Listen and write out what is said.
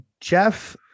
jeff